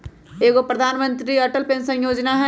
एगो प्रधानमंत्री अटल पेंसन योजना है?